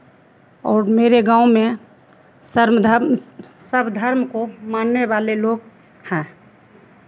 और मेरे गाँव में सर्व धर्म सब धर्म को मानने वाले लोग हैं